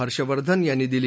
हर्षवर्धन यांनी दिली